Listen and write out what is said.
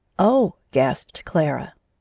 oh, gasped clara,